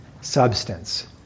substance